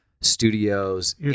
studios